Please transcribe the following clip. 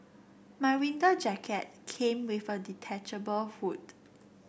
my winter jacket came with a detachable hood